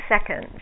seconds